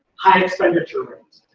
high expenditure rates.